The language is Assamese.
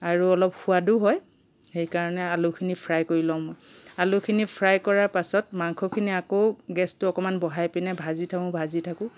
আৰু অলপ সোৱাদো হয় সেইকাৰণে আলুখিনি ফ্ৰাই কৰি লওঁ মই আলুখিনি ফ্ৰাই কৰাৰ পাছত মাংসখিনি আকৌ গেছটো অকণমান বঢ়াইপিনে ভাজি লওঁ ভাজি থাকো